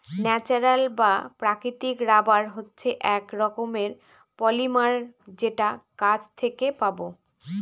natural বা প্রাকৃতিক rubber হচ্ছে এক রকমের পলিমার যেটা গাছ থেকে পাবো